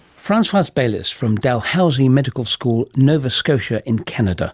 francoise baylis from dalhousie medical school, nova scotia, in canada